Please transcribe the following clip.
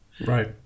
Right